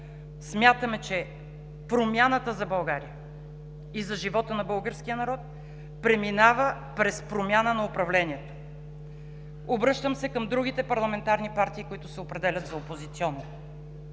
смятаме, че промяната за България и за живота на българския народ преминава през промяна на управлението. Обръщам се към другите парламентарни партии, които се определят за опозиционни,